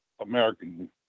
American